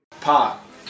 Pop